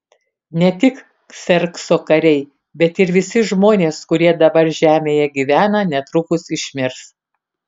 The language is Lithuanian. ne tik kserkso kariai bet ir visi žmonės kurie dabar žemėje gyvena netrukus išmirs